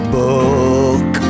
book